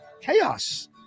chaos